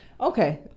Okay